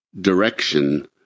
direction